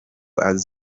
ayoboye